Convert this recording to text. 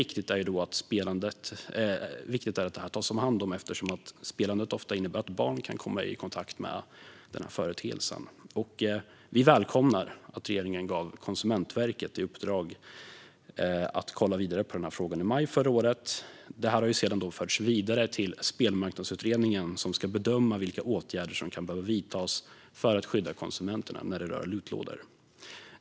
Det är särskilt viktigt att det tas om hand eftersom spelandet ofta innebär att barn kan komma i kontakt med företeelsen. Vi välkomnar att regeringen gav Konsumentverket i uppdrag att titta vidare på den frågan i maj förra året. Det har sedan förts vidare till Spelmarknadsutredningen som ska bedöma vilka åtgärder som kan behöva vidtas för att skydda konsumenterna när det rör lootlådor.